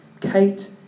Kate